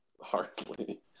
hardly